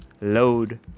load